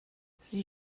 sie